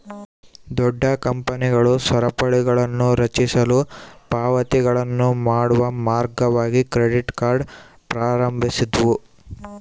ದೊಡ್ಡ ಕಂಪನಿಗಳು ಸರಪಳಿಗಳನ್ನುರಚಿಸಲು ಪಾವತಿಗಳನ್ನು ಮಾಡುವ ಮಾರ್ಗವಾಗಿ ಕ್ರೆಡಿಟ್ ಕಾರ್ಡ್ ಪ್ರಾರಂಭಿಸಿದ್ವು